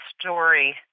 story